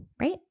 Right